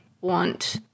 want